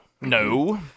No